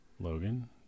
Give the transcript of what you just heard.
logan